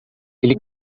ele